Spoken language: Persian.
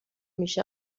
میشه